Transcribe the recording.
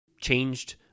changed